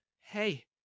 Hey